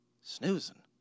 snoozing